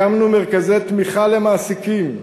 הקמנו מרכזי תמיכה למעסיקים,